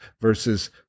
versus